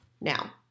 Now